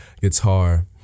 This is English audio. guitar